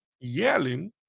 yelling